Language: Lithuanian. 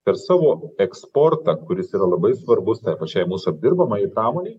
per savo eksportą kuris yra labai svarbus pačiai mūsų apdirbamajai pramonei